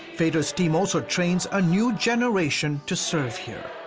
fader's team also trains a new generation to serve here.